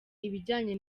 ibijyanye